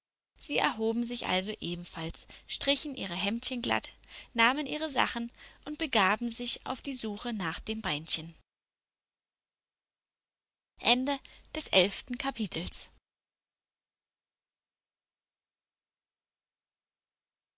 sie erhoben sich also ebenfalls strichen ihre hemdchen glatt nahmen ihre sachen und begaben sich auf die suche nach dem beinchen